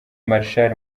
marshal